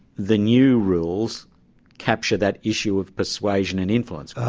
the new rules capture that issue of persuasion and influence?